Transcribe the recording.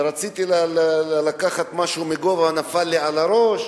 רציתי לקחת משהו גבוה ונפל לי על הראש.